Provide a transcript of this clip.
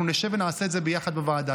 אנחנו נשב ונעשה את זה ביחד בוועדה.